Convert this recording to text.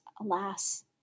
alas